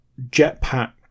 jetpack